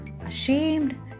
Ashamed